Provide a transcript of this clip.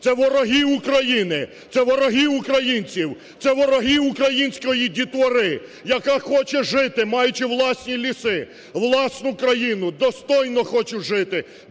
це вороги України, це вороги українців, це вороги української дітвори, яка хоче жити, маючи власні ліси, власну країну, достойно хочуть жити,